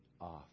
off